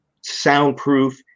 soundproof